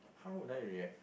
how would I react